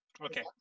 Okay